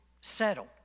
settle